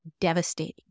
devastating